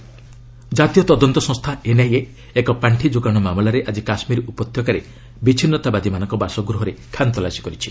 କେକେ NIA raid ଜାତୀୟ ତଦନ୍ତ ସଂସ୍ଥା ଏନ୍ଆଇଏ ଏକ ପାଣ୍ଡି ଯୋଗାଣ ମାମଲାରେ ଆଜି କାଶ୍ମୀର ଉପତ୍ୟକାରେ ବିଚ୍ଛିନ୍ନତାବାଦିମାନଙ୍କ ବାସଗୃହରେ ଖାନତଲାସି କରିଛି